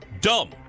dumb